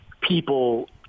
people